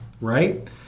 right